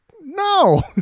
No